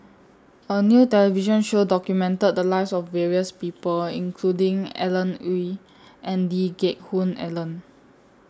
A New television Show documented The Lives of various People including Alan Oei and Lee Geck Hoon Ellen